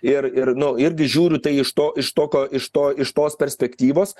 ir ir nu irgi žiūriu tai iš to iš tokio iš to iš tos perspektyvos